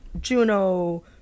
Juno